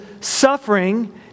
suffering